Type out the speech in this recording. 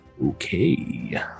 Okay